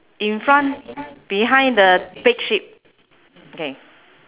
in front behind the big sheep okay